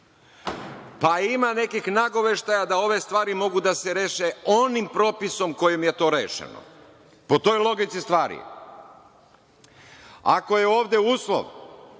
kraju. Ima nekih nagoveštaja da ove stvari mogu da se reše onim propisom kojim je to rešeno. Po toj logici stvari, ako je ovde uslov